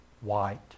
white